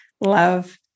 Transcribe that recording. love